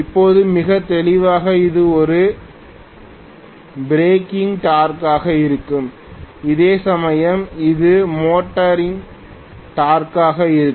இப்போது மிகத் தெளிவாக இது ஒரு பிரேக்கிங் டார்க்காக இருக்கும் அதேசமயம் இது மோட்டாரிங் டார்க்காக இருக்கும்